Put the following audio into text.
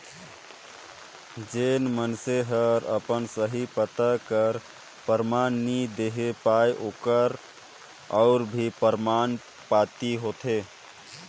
जेन मइनसे हर अपन सही पता कर परमान नी देहे पाए ओकर बर अउ भी परमान पाती होथे